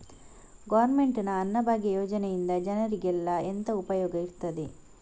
Government ನ ಅನ್ನಭಾಗ್ಯ ಯೋಜನೆಯಿಂದ ಜನರಿಗೆಲ್ಲ ಎಂತ ಉಪಯೋಗ ಇರ್ತದೆ?